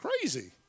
crazy